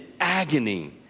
agony